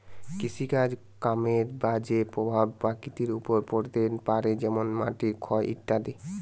কৃষিকাজ কামের বাজে প্রভাব প্রকৃতির ওপর পড়তে পারে যেমন মাটির ক্ষয় ইত্যাদি